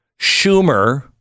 Schumer